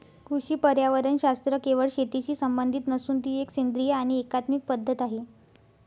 कृषी पर्यावरणशास्त्र केवळ शेतीशी संबंधित नसून ती एक सेंद्रिय आणि एकात्मिक पद्धत आहे